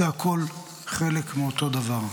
זה הכול חלק מאותו דבר.